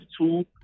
two